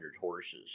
horses